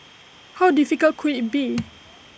how difficult could IT be